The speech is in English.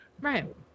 Right